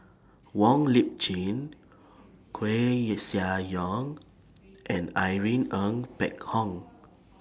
Wong Lip Chin Koeh Sia Yong and Irene Ng Phek Hoong